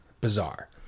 bizarre